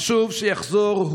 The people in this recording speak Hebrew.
חשוב שהוא יחזור.